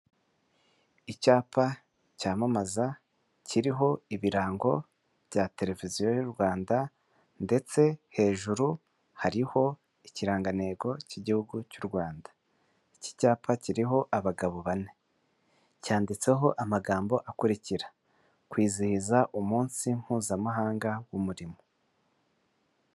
Icyapa cyamamaza kiriho ibirango bya televiziyo y'u Rwanda ndetse hejuru hariho ikirangantego cy'igihugu cy'u Rwanda. Iki cyapa kiriho abagabo bane. Cyanditseho amagambo akurikira:"Kwizihiza umunsi mpuzamahanga w'umurimo."